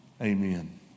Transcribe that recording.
Amen